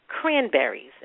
cranberries